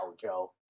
Joe